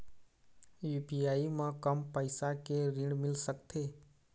UPI म कम पैसा के ऋण मिल सकथे?